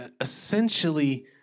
essentially